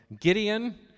Gideon